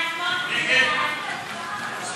הצעת חוק-יסוד: